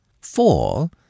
four